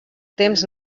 temps